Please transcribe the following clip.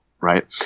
Right